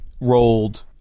rolled